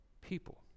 people